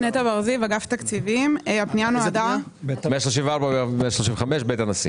אני מאגף תקציבים, משרד האוצר.